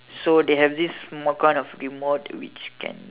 so they have this small kind of remote which can